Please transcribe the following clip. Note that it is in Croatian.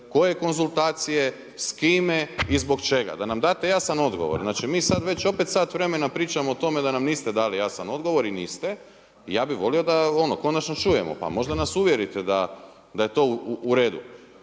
koje konzultacije, s kime i zbog čega, da nam date jasan odgovor. Znači mi sada već opet sat vremena pričamo o tome da nam niste dali jasan odgovor i niste i ja bih volio da konačno čujemo pa možda nas uvjerite da je to uredu.